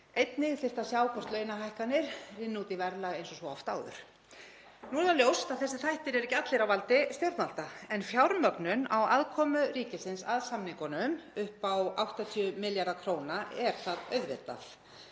Einnig þyrfti að sjá hvort launahækkanir rynnu út í verðlag eins og svo oft áður. Nú er ljóst að þessir þættir eru ekki allir á valdi stjórnvalda en fjármögnun á aðkomu ríkisins að samningunum upp á 80 milljarða kr. er það auðvitað.